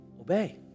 obey